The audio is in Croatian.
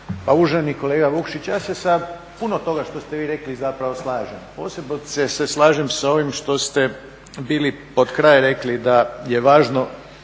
Pa uvaženi kolega Vukšić, ja se samo puno toga što ste vi rekli zapravo slažem, posebice se slažem s ovim što ste bili pred kraj rekli da je važno